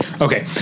okay